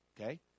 Okay